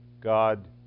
God